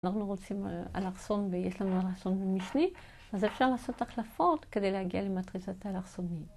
אנחנו רוצים אלכסון, ויש לנו אלכסון במשנית - אז אפשר לעשות החלפות כדי להגיע למטריצת האלכסונים.